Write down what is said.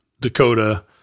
Dakota